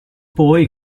poi